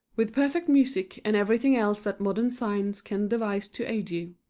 with perfect music and everything else that modern science can devise to aid you.